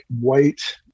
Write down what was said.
white